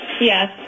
Yes